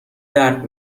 درد